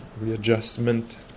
readjustment